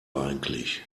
eigentlich